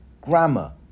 grammar